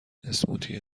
اسموتی